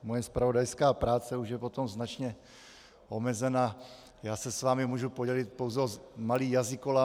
Moje zpravodajská práce už je potom značně omezená a já se s vámi můžu podělit pouze o malý jazykolam.